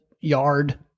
yard